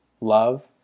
love